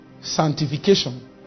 sanctification